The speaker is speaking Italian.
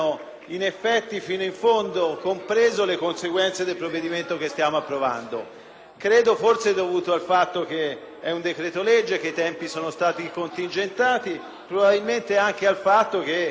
sia forse dovuto al fatto che si tratta di un decreto-legge, che i tempi sono stati contingentati e probabilmente anche alla circostanza che arriviamo ad una votazione come quella di stasera in tempi ristretti, che non ci permettono un sufficiente